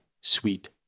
sweet